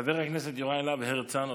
חבר הכנסת יוראי הרצנו,